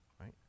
right